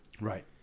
Right